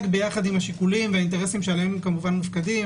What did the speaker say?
עם השיקולים והאינטרסים שעליהם הם כמובן מופקדים.